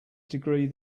degree